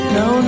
no